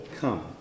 come